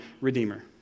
Redeemer